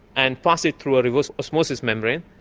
and pass it through a reverse osmosis membrane,